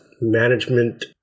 management